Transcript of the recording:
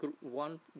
one